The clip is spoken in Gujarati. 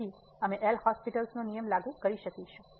તેથી અમે એલ'હોસ્પિટલL'hospital's નો નિયમ લાગુ કરીશું